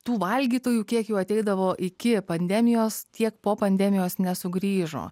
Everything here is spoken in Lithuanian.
tų valgytojų kiek jų ateidavo iki pandemijos tiek po pandemijos nesugrįžo